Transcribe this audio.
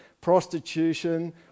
prostitution